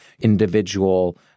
individual